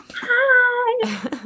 Hi